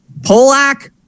Polak